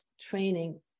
training